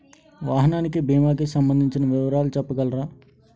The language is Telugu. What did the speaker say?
వాహనానికి భీమా కి సంబందించిన వివరాలు చెప్పగలరా?